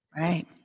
Right